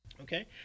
okay